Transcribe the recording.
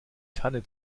tanne